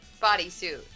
bodysuit